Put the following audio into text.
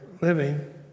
living